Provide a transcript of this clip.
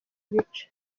ibice